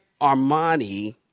Armani